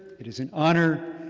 it is an honor.